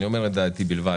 אני אומר את דעתי בלבד,